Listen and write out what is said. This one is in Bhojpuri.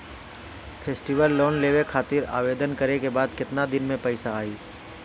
फेस्टीवल लोन लेवे खातिर आवेदन करे क बाद केतना दिन म पइसा आई?